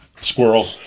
squirrel